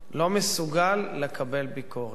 לא מסוגל לקבל ביקורת.